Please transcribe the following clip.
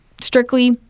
Strictly